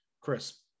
Chris